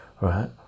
right